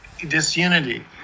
disunity